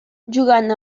jugant